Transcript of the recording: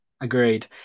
agreed